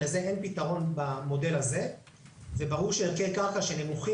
לזה אין פתרון במודל הזה וברור שערכי קרקע שנמוכים